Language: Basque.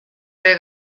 ere